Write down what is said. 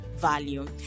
Value